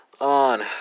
on